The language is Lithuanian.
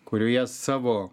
kurioje savo